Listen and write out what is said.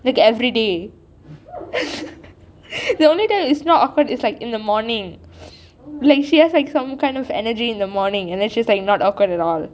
like every day the only time it is not awkward it's like in the morning she has like some kind of energy in the morning and then she's like not awkward at all